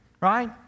right